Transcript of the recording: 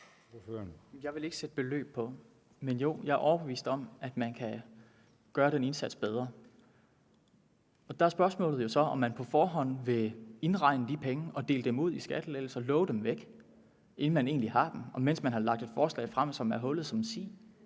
Jeg vil ikke sætte beløb på, men jo, jeg er overbevist om, at man kan gøre den indsats bedre. Der er spørgsmålet jo så, om man på forhånd vil indregne de penge og dele dem ud i form af skattelettelser, love dem væk, inden man egentlig har dem, og mens man har lagt et forslag frem, som er hullet som en